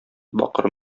бакыр